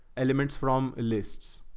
elements from lists.